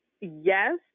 yes